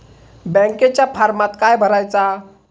बँकेच्या फारमात काय भरायचा?